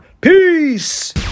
Peace